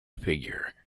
figure